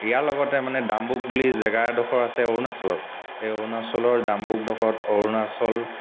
ইয়াৰ লগতে মানে দাম্বুক বুলি জেগা এডোখৰ আছে অৰুণাচলত সেই অৰুণাচলৰ দাম্বুকডোখৰত অৰুণাচল